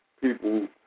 people